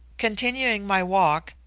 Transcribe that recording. continuing my walk,